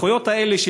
הזכויות האלה,